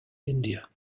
india